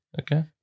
okay